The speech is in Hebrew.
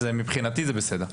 מבחינתי זה בסדר.